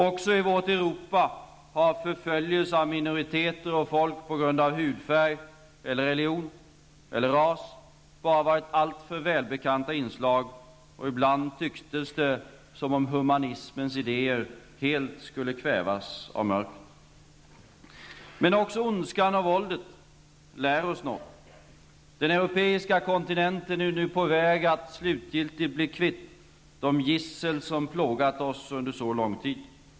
Även i vårt Europa har förföljelse av minoriteter och folk på grund av hudfärg eller religion eller ras bara varit alltför välbekanta inslag, och ibland tycktes det som om humanismens idéer helt skulle kvävas av mörkret. Men också ondskan och våldet lär oss något. Den europeiska kontinenten är nu på väg att slutgiltigt bli kvitt de gissel som plågat oss under så lång tid.